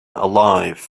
alive